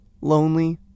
lonely